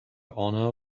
honor